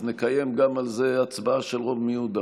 אז נקיים גם על זה הצבעה של רוב מיעוט,